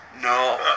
No